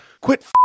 quit